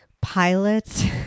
Pilots